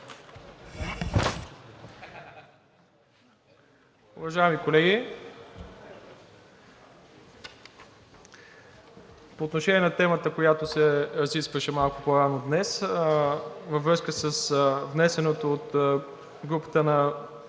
Уважаеми колеги, по отношение на темата, която се разискваше малко по-рано днес във връзка с внесеното от групата на